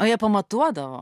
o jie pamatuodavo